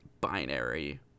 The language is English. Binary